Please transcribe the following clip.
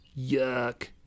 Yuck